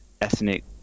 ethnic